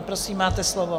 Prosím, máte slovo.